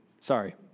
Sorry